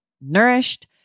nourished